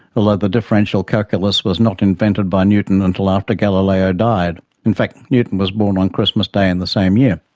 although the differential calculus was not invented by newton until after galileo died in fact, newton was born on christmas day in that same year.